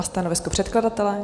A stanovisko předkladatele?